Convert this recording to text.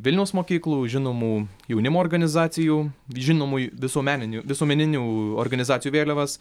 vilniaus mokyklų žinomų jaunimo organizacijų bei žinomų visuomeninių visuomeninių organizacijų vėliavas